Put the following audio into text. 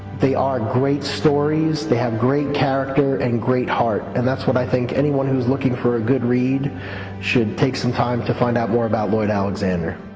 they are great stories, they have great character and great heart and that's what i think anyone who's looking for a good read should take some time to find out more about lloyd alexander.